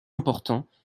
importants